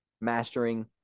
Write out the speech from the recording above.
mastering